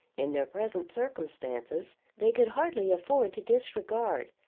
in their present circumstances, they could hardly afford to disregard,